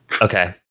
Okay